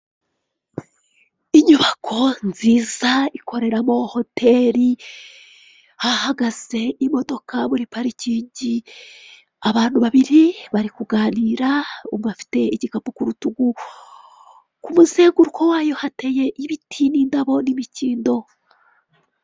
Inyubako nziza ikoreramo hoteri ahahagaze imodoka muri parikingi abantu babiri bari kuganira umwe afite igikapu kurutatugu k'umuzenguko wayo hateye ibiti n'indabo n'imikindo.